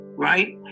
Right